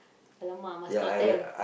!alamak! must top ten